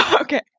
Okay